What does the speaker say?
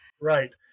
right